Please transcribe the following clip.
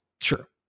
sure